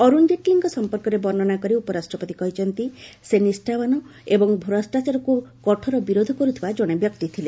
ଅରୁଣ ଜେଟଲୀଙ୍କ ସଂପର୍କରେ ବର୍ଣ୍ଣନା କରି ଉପରାଷ୍ଟ୍ରପତି କହିଛନ୍ତି ସେ ଜଣେ ନିଷ୍ଠାବାନ ଏବଂ ଭ୍ରଷ୍ଟାଚାରକୁ କଠୋର ବିରୋଧ କରୁଥିବା ଜଣେ ବ୍ୟକ୍ତି ଥିଲେ